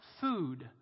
food